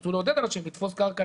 רצו לעודד אנשים לתפוס קרקע,